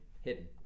hidden